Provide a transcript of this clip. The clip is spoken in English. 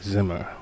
Zimmer